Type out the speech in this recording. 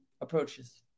approaches